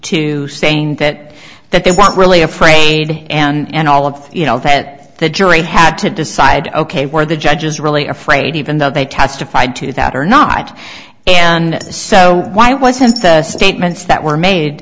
to saying that that they weren't really afraid and all of you know that the jury had to decide ok were the judges really afraid even though they testified tooth out or not and so why wasn't the statements that were made